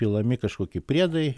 pilami kažkokie priedai